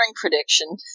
prediction